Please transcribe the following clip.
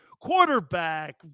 quarterback